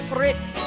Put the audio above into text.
Fritz